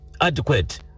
adequate